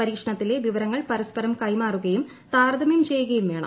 പരീക്ഷണത്തിലെ വിവരങ്ങൾ പരസ്പരം കൈമാറുകയും താരതമ്യം ചെയ്യുകയും വേണം